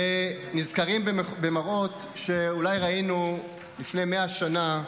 ונזכרים במראות שאולי ראינו לפני מאה שנה,